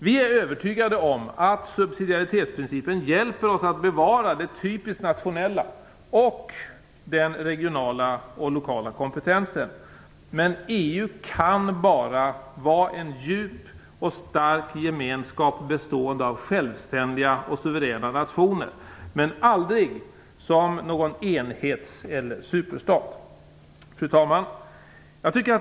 Vi är övertygade om att subsidiaritetsprincipen hjälper oss att bevara det typiskt nationella och den regionala och lokala kompetensen. EU kan bara vara en djup och stark gemenskap, bestående av självständiga och suveräna nationer, men aldrig som någon enhets eller superstat. Fru talman!